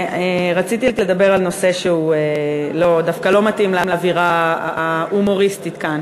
רציתי לדבר על נושא שהוא דווקא לא מתאים לאווירה ההומוריסטית כאן.